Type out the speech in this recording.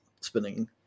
Spinning